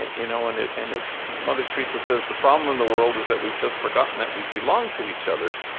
you know and and if mother teresa says the problem in the world is that we've just forgotten that we belong to each other,